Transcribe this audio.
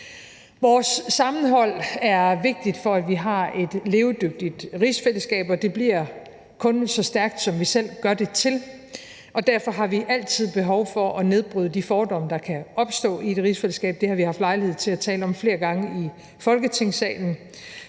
Vores sammenhold er vigtigt for, at vi har et levedygtigt rigsfællesskab, og det bliver kun så stærkt, som vi selv gør det til. Derfor har vi altid behov for at nedbryde de fordomme, der kan opstå i et rigsfællesskab. Det har vi haft lejlighed til at tale om flere gange i Folketingssalen.